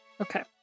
Okay